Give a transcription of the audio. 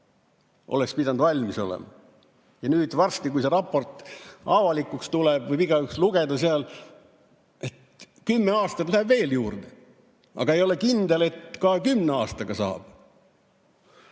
oleks pidanud valmis olema. Ja nüüd varsti, kui see raport avalikuks tuleb, võib igaüks sealt lugeda, et kümme aastat läheb veel, aga ei ole kindel, et ka kümne aastaga